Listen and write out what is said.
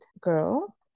girl